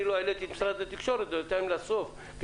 אומרים לי שקו 105 לא חסום וניתן לחייב